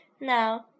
Now